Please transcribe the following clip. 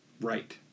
Right